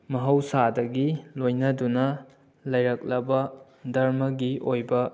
ꯃꯍꯧꯁꯥꯗꯒꯤ ꯂꯣꯏꯅꯗꯨꯅ ꯂꯩꯔꯛꯂꯕ ꯗꯔꯃꯒꯤ ꯑꯣꯏꯕ